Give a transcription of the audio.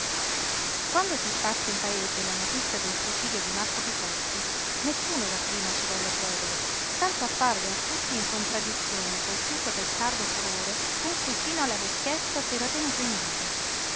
quando si sparse in paese la notizia del suicidio di marco picotti nessuno dapprima ci volle credere tanto apparve a tutti in contraddizione col chiuso testardo furore con cui fino alla vecchiezza s'era tenuto in vita